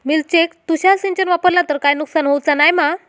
मिरचेक तुषार सिंचन वापरला तर काय नुकसान होऊचा नाय मा?